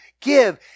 give